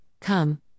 come